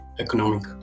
Economic